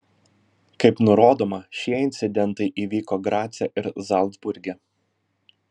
kaip nurodoma šie incidentai įvyko grace ir zalcburge